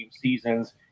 seasons